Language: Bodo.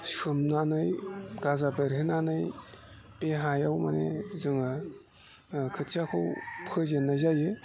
सोमनानै गाजा बेरहोनानै बे हायाव माने जोङो खोथियाखौ फोजेननाय जायो